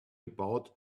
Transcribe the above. about